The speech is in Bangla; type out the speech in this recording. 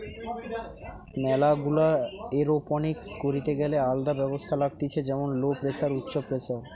ম্যালা গুলা এরওপনিক্স করিতে গ্যালে আলদা ব্যবস্থা লাগতিছে যেমন লো প্রেসার, উচ্চ প্রেসার